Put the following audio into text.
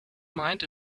mind